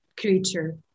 creature